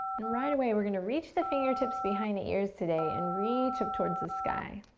and right away, we're gonna reach the fingertips behind the ears today, and reach up towards the sky.